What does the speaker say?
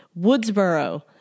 Woodsboro